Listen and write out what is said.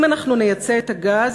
אם אנחנו נייצא את הגז,